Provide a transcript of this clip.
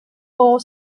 four